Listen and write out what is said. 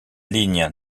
ligne